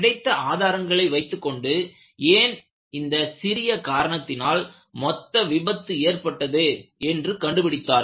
கிடைத்த ஆதாரங்களை வைத்துக்கொண்டு ஏன் இந்த சிறிய காரணத்தினால் மொத்த விபத்து ஏற்பட்டது என்று கண்டுபிடித்தார்கள்